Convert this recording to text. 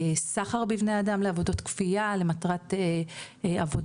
סחר בבני אדם לעבודות כפייה למטרת עבודות,